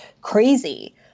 crazy